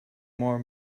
more